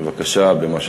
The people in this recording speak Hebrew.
שלך.